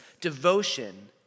devotion